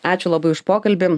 ačiū labai už pokalbį